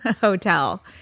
hotel